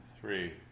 three